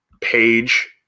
page